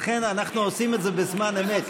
לכן אנחנו עושים את זה בזמן אמת.